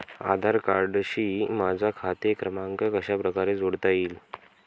आधार कार्डशी माझा खाते क्रमांक कशाप्रकारे जोडता येईल?